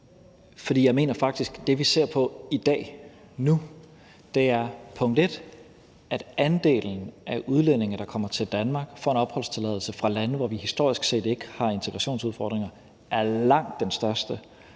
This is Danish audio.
For jeg mener faktisk, at det, vi ser på i dag, nu, er, at andelen af de udlændinge, der kommer til Danmark og får en opholdstilladelse, som kommer fra lande, som vi historisk set ikke har integrationsudfordringer med, er langt den største,